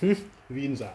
hmm vince ah